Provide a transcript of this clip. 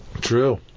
True